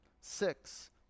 six